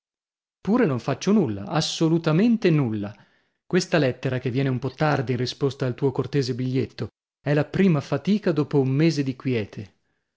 pure non faccio nulla assolutamente nulla questa lettera che viene un po tardi in risposta al tuo cortese biglietto è la prima fatica dopo un mese di quiete